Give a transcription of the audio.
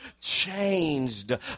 changed